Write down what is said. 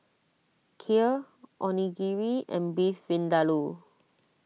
Kheer Onigiri and Beef Vindaloo